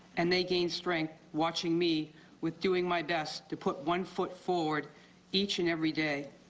and they gain strength watching me with doing my best to put one foot forward each and every day.